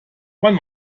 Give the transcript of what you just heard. wann